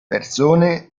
persone